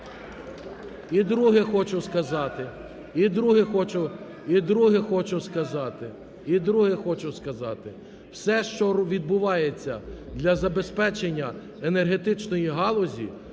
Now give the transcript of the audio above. і друге хочу сказати. Все, що відбувається для забезпечення енергетичної галузі,